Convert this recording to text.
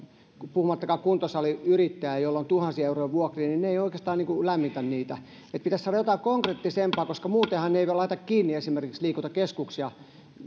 puhumattakaan kuntosaliyrittäjästä jolla vuokra on tuhansia euroja ja se ei oikeastaan lämmitä heitä pitäisi saada jotain konkreettisempaa koska muutenhan he eivät laita kiinni esimerkiksi liikuntakeskuksia